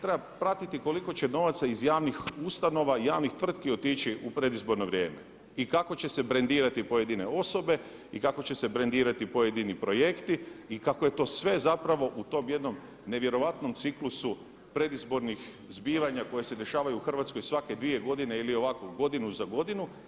Treba pratiti koliko će novaca iz javnih ustanova, javnih tvrtki otići u predizborno vrijeme i kako će se brendirati pojedine i kako će se brendirati pojedini projekti i kako je to sve zapravo u tom jednom nevjerojatnom ciklusu predizbornom zbivanja koja se dešavaju u Hrvatskoj svake dvije godine ili ovako godinu za godinom.